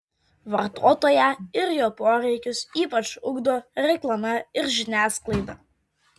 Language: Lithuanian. vartotoją ir jo poreikius ypač ugdo reklama ir žiniasklaida